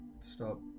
stop